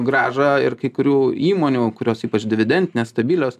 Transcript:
grąžą ir kai kurių įmonių kurios ypač dividen nestabilios